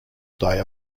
day